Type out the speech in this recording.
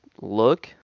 look